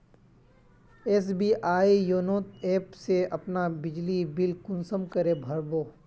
SBI YONO app से अपना बिजली बिल कुंसम करे भर बो?